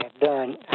done